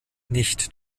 nicht